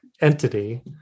entity